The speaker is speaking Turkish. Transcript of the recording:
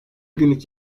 günlük